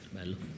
bello